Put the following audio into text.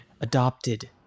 Adopted